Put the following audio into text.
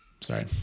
Sorry